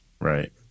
right